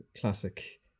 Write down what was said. classic